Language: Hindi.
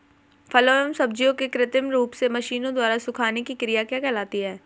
फलों एवं सब्जियों के कृत्रिम रूप से मशीनों द्वारा सुखाने की क्रिया क्या कहलाती है?